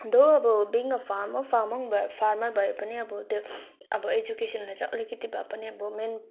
दो अब being a farmer farmer भए पनि अब त्यो अब एजुकेसनले चाहिँ अलिकिति भए पनि अब मेन